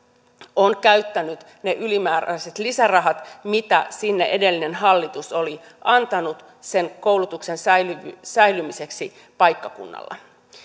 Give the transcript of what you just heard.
on käyttänyt ne ylimääräiset lisärahat mitä sinne edellinen hallitus oli antanut sen koulutuksen säilymiseksi säilymiseksi paikkakunnalla